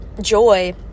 joy